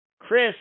chris